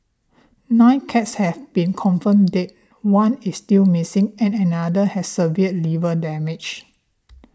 nine cats have been confirmed dead one is still missing and another has severe liver damage